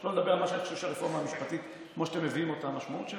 שלא לדבר על הרפורמה המשפטית כמו שאתם מביאים אותה והמשמעות שלה,